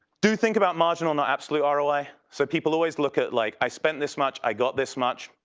do think about marginal not absolute ah roi. so people always look at like i spent this much i got this much.